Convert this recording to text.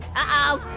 ah oh.